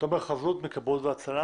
תומר חזות, יועץ משפטי, כבאות והצלה,